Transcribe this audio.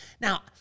Now